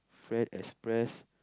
friend express